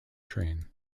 train